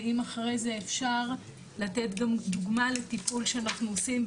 ואם אחרי זה אפשר לתת גם דוגמא לטיפול שאנחנו עושים,